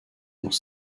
dans